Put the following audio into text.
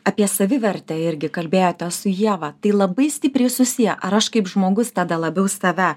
apie savivertę irgi kalbėjote su ieva tai labai stipriai susiję ar aš kaip žmogus tada labiau save